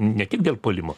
ne tik dėl puolimo